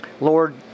Lord